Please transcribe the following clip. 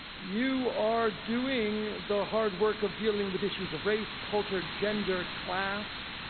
you are doing the hard work of dealing with issues of race, culture, gender, class,